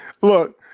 look